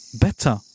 better